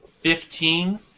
Fifteen